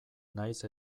nahiz